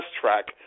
track